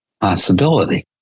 possibility